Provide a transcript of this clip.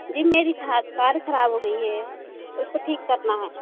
जी मेरी खा कार ख़राब हो गई है उसको ठीक करना है